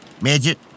midget